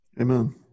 Amen